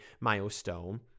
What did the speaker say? milestone